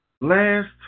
Last